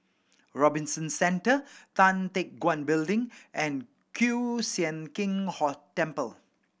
Robinson Centre Tan Teck Guan Building and Kiew Sian King Temple